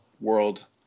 World